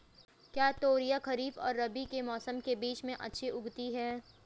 क्या तोरियां खरीफ और रबी के मौसम के बीच में अच्छी उगती हैं?